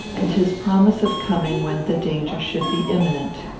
and his promise of coming when the danger should be imminent.